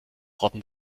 rotten